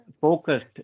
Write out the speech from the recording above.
focused